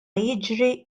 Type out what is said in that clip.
jiġri